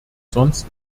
sonst